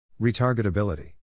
Retargetability